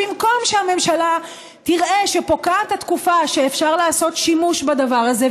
במקום שהממשלה תראה שפוקעת התקופה שאפשר לעשות שימוש בדבר הזה,